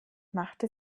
machte